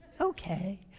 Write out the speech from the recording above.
okay